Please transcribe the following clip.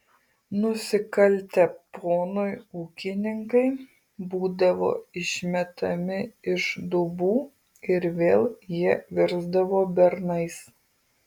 nusikaltę ponui ūkininkai būdavo išmetami iš dubų ir vėl jie virsdavo bernais